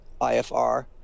ifr